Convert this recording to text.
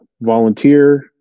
volunteer